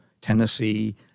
Tennessee